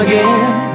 Again